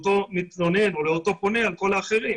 המתלונן או את הפונה על האחרים.